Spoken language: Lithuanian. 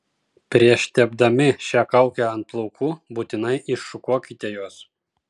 prieš tepdami šią kaukę ant plaukų būtinai iššukuokite juos